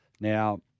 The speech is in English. Now